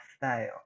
style